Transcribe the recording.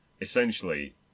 essentially